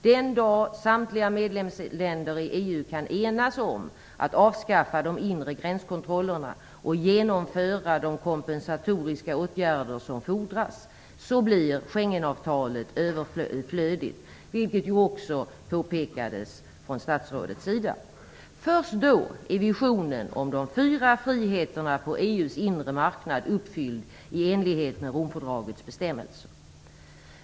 Den dag samtliga medlemsländer i EU kan enas om att avskaffa de inre gränskontrollerna och genomföra de kompensatoriska åtgärder som fordras blir Schengenavtalet överflödigt, vilket också statsrådet påpekade. Först då är visionen om de fyra friheterna på EU:s inre marknad uppfylld i enlighet med Romfördragets bestämmelser.